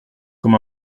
comme